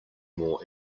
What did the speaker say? more